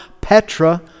Petra